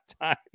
time